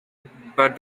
but